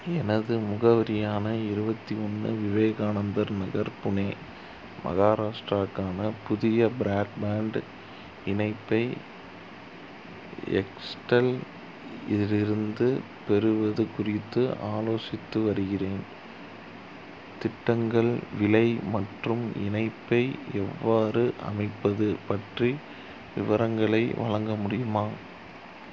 எனது முகவரியான இருபத்தி ஒன்று விவேகானந்தர் நகர் புனே மகாராஷ்டிராக்கான புதிய ப்ராட்பேண்ட் இணைப்பை எக்ஸ்டலில்லிருந்து பெறுவது குறித்து ஆலோசித்து வருகிறேன் திட்டங்கள் விலை மற்றும் இணைப்பை எவ்வாறு அமைப்பது பற்றிய விவரங்களை வழங்க முடியுமா